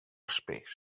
space